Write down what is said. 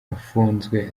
afunzwe